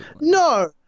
No